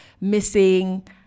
missing